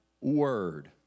word